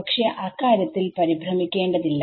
പക്ഷേ അക്കാര്യത്തിൽ പരിഭ്രമിക്കേണ്ടതില്ല